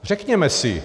Řekněme si.